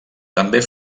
també